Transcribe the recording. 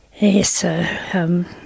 Yes